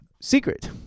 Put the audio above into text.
Secret